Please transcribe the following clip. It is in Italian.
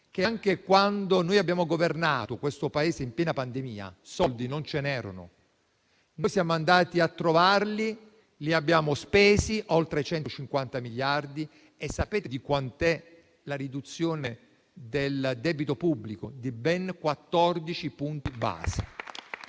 che anche quando noi abbiamo governato questo Paese, in piena pandemia, i soldi non c'erano: noi siamo andati a trovarli e li abbiamo spesi (parlo di oltre 150 miliardi). Sapete di quanto è stata la riduzione del debito pubblico? Di ben 14 punti base.